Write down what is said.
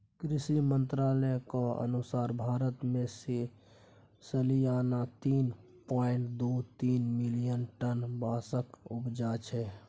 कृषि मंत्रालयक अनुसार भारत मे सलियाना तीन पाँइट दु तीन मिलियन टन बाँसक उपजा छै